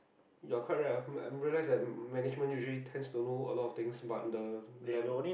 you're quite right ah I realise that management usually tend to know a lot of things but then level